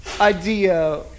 idea